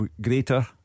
greater